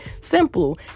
Simple